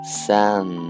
sun